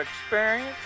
experience